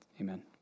Amen